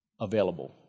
available